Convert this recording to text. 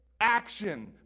action